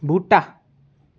बूह्टा